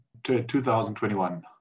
2021